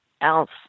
else